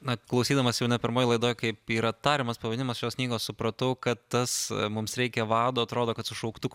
na klausydamas jau ne pirmoj laidoj kaip yra tariamas pavadinimas šios knygos supratau kad tas mums reikia vado atrodo kad su šauktuku